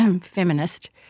feminist